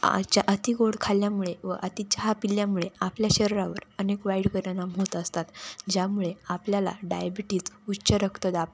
आजच्या अती गोड खाल्ल्यामुळे व अती चहा पिल्यामुळे आपल्या शरीरावर अनेक वाईट परिणाम होत असतात ज्यामुळे आपल्याला डायबिटीज उच्च रक्तदाब